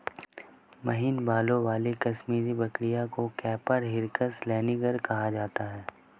महीन बालों वाली कश्मीरी बकरियों को कैपरा हिरकस लैनिगर कहा जाता है